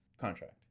contract